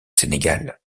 sénégal